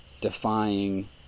defying